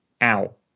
out